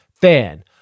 fan